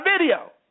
video